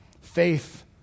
Faith